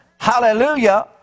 Hallelujah